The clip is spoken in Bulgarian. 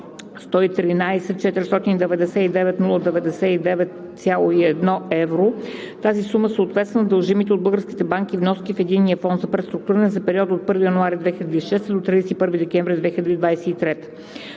113 499 099,01 евро. Тази сума съответства на дължимите от българските банки вноски в Единния фонд за преструктуриране за периода 1 януари 2016 г. – 31 декември 2023